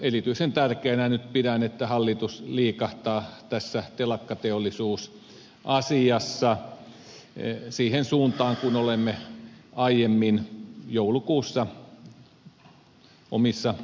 erityisen tärkeänä nyt pidän että hallitus liikahtaa tässä telakkateollisuusasiassa siihen suuntaan kuin olemme aiemmin joulukuussa omissa esityksissämme ehdottaneet